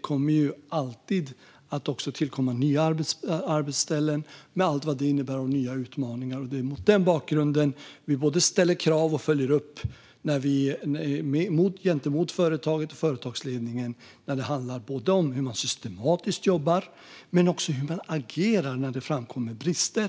kommer det alltid att tillkomma nya arbetsställen, med allt vad det innebär av nya utmaningar. Det är mot den bakgrunden vi ställer krav gentemot företaget och företagsledningen och följer upp hur man systematiskt jobbar med detta men också hur man agerar när det framkommer brister.